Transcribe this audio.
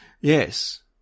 Yes